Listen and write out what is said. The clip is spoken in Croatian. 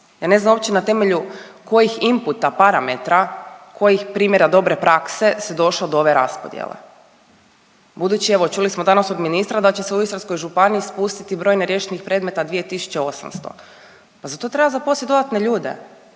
Ja ne znam uopće na temelju kojih imputa, parametara, kojih primjera dobre prakse se došlo do ove raspodjele. Budući evo, čuli smo danas od ministra da će se u Istarskoj županiji spustiti broj neriješenih predmeta 2800. Pa za to treba zaposlit dodatne ljude.